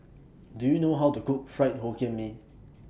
Do YOU know How to Cook Fried Hokkien Mee